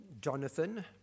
Jonathan